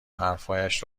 حرفهایش